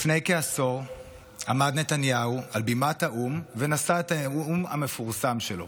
לפני כעשור עמד נתניהו על בימת האו"ם ונשא את הנאום המפורסם שלו,